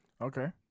Okay